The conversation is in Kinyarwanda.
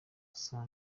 saa